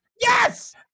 Yes